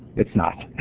it's not.